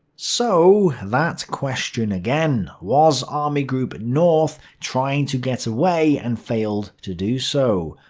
so, that question again was army group north trying to get away and failed to do so,